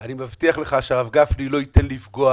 אני מבטיח לך שהרב גפני ולא ייתן לפגוע